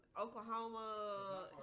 Oklahoma